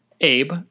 Abe